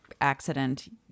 accident